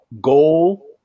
goal